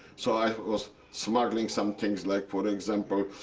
so i was smuggling some things like, for example,